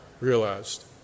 realized